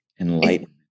Enlightenment